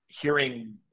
hearing